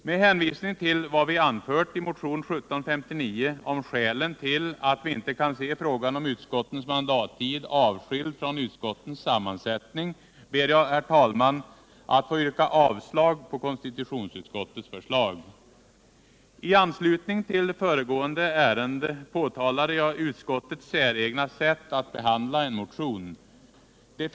Med hänvisning till vad vi har anfört i motionen 1759 om skälen till att vi inte kan se frågan om utskottens mandattid avskild från utskottens sammansättning ber jag, herr talman, att få yrka avslag på konstitutionsutskottets hemställan. I anslutning till föregående ärende påtalade jag utskottets säregna sätt att behandla en motion.